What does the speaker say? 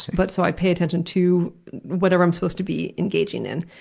but so i pay attention to whatever i'm supposed to be engaging in.